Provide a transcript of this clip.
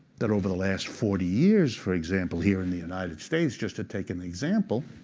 that over the last forty years, for example, here in the united states, just to take an example,